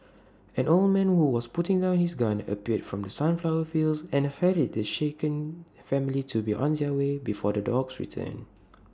an old man who was putting down his gun appeared from the sunflower fields and hurried the shaken family to be on their way before the dogs return